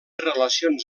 relacions